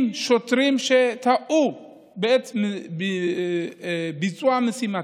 אם שוטרים טעו בעת ביצוע משימתם,